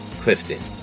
Clifton